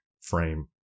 frame